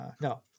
no